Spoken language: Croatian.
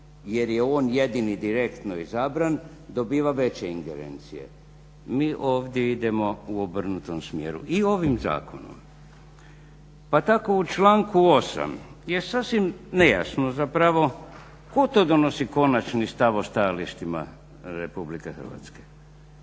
jer je on jedini direktno izabran dobiva veće ingerencije. Mi ovdje idemo u obrnutom smjeru i ovim zakonom. Pa tako u članku 8.je sasvim nejasno zapravo tko to donosi konačni stav o stajalištima RH? vlada će